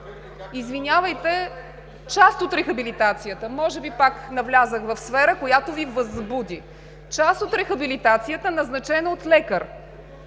извинявайте, част от рехабилитацията… (Шум и реплики.) Може би пак навлязох в сфера, която Ви възбуди. …част от рехабилитацията, назначена от лекар.